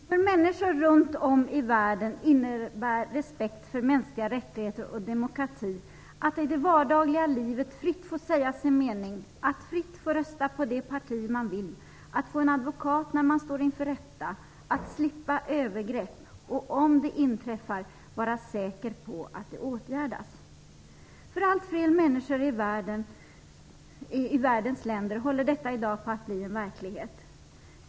Fru talman! För människor runt om i världen innebär respekt för mänskliga rättigheter och demokrati att i det vardagliga livet fritt få säga sin mening, att fritt rösta på det parti man vill, att få en advokat när man står inför rätta, att slippa övergrepp och att, om det inträffar, vara säker på att det åtgärdas. För allt fler människor i världens länder håller detta i dag på att bli en verklighet.